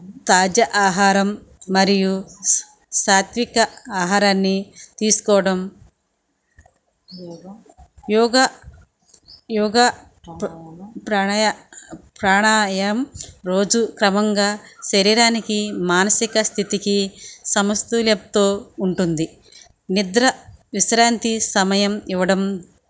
తాజా ఆహారం మరియు సాత్విక ఆహారాన్ని తీసుకోవడం యోగా యోగా ప్రాణాయామం రోజు క్రమంగా శరీరానికి మానసిక స్థితికి సమతూల్యతతో ఉంటుంది నిద్ర విశ్రాంతి సమయం ఇవ్వడం